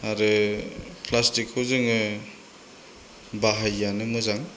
आरो प्लास्टिकखौ जोङो बाहाययैआनो मोजां